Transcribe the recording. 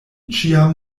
ĉiam